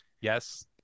Yes